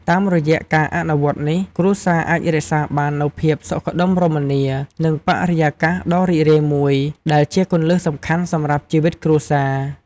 តាមរយៈការអនុវត្តនេះ គ្រួសារអាចរក្សាបាននូវភាពសុខដុមរមនា និងបរិយាកាសដ៏រីករាយមួយ ដែលជាគន្លឹះសំខាន់សម្រាប់ជីវិតគ្រួសារ។